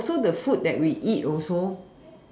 also the food that we eat also